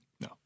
No